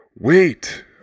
Wait